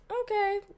okay